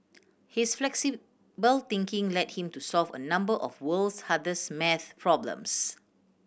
his flexible thinking led him to solve a number of the world's hardest maths problems